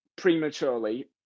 prematurely